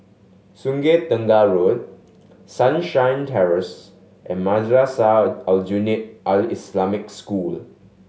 Sungei Tengah Road Sunshine Terrace and Madrasah Aljunied Al Islamic School